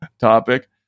topic